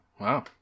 Wow